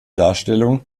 darstellung